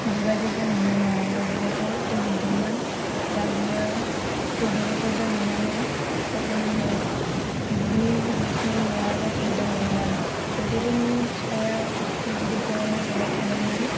बिबाजै जानायनि न'आव ददेरेखौ दोनहैदोंमोन दा बियो ददेरेखौ दोनहैनानै अखानायै बिसोरनि न'आव हरसे दोनदोंमोन ददेरेनि बिफाया बिखौ नागिरबाय थादोंमोन